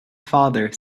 father